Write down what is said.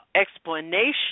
explanation